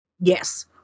Yes